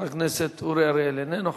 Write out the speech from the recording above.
חבר הכנסת אורי אריאל, איננו.